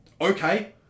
okay